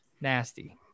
nasty